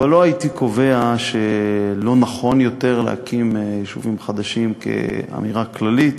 אבל לא הייתי קובע שלא נכון יותר להקים יישובים חדשים כאמירה כללית.